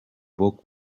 book